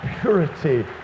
purity